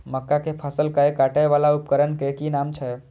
मक्का के फसल कै काटय वाला उपकरण के कि नाम छै?